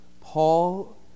Paul